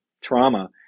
trauma